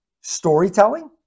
storytelling